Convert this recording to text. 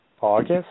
August